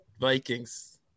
Vikings